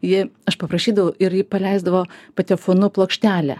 ji aš paprašydavau ir ji paleisdavo patefonu plokštelę